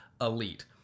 elite